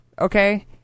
okay